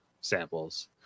samples